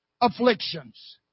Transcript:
afflictions